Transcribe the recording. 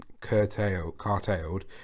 curtailed